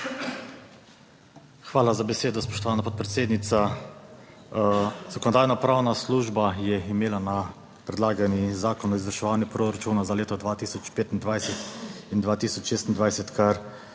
Hvala za besedo, spoštovana podpredsednica. Zakonodajno-pravna služba je imela na predlagani Zakon o izvrševanju proračuna za leto 2025 in 2026 kar